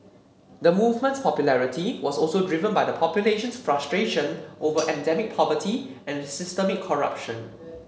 the movement's popularity was also driven by the population's frustration over endemic poverty and systemic corruption